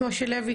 משה לוי,